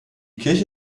kirche